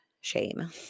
shame